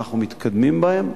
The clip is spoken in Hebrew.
אנחנו מתקדמים בהן,